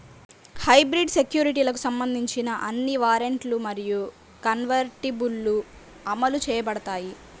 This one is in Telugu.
హైబ్రిడ్ సెక్యూరిటీలకు సంబంధించిన అన్ని వారెంట్లు మరియు కన్వర్టిబుల్లు అమలు చేయబడతాయి